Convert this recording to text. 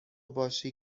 باشی